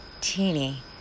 teeny